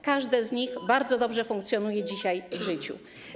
Każde z nich bardzo dobrze funkcjonuje dzisiaj w życiu.